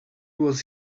was